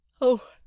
Oh